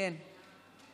גברתי